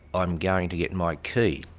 i'm going to get my key,